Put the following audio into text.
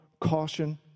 caution